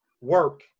Work